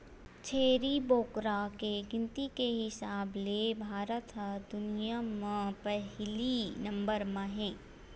छेरी बोकरा के गिनती के हिसाब ले भारत ह दुनिया म पहिली नंबर म हे